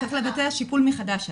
צריך לבצע שיקול מחדש עליו.